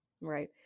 Right